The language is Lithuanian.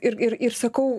ir ir ir sakau